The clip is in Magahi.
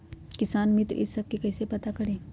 किसान मित्र ई सब मे कईसे पता करी?